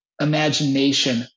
imagination